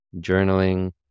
journaling